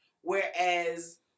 Whereas